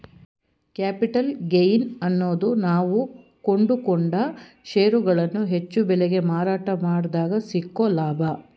capital gain ಅನ್ನೋದು ನಾವು ಕೊಂಡುಕೊಂಡ ಷೇರುಗಳನ್ನು ಹೆಚ್ಚು ಬೆಲೆಗೆ ಮಾರಾಟ ಮಾಡಿದಗ ಸಿಕ್ಕೊ ಲಾಭ